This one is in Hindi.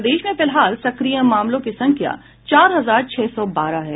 प्रदेश में फिलहाल सक्रिय मामलों की संख्या चार हजार छह सौ बारह है